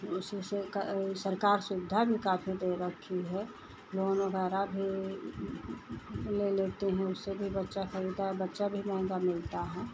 उसी से क सरकार सुविधा भी काफ़ी दे रखी है लोन वग़ैरह भी ले लेते हैं उससे भी बच्चा पलता बच्चा भी महँगा मिलता है